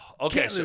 okay